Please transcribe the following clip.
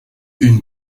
une